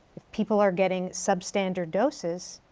people are getting substandard doses,